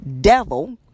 devil